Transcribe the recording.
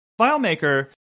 FileMaker